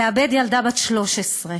לאבד ילדה בת 13,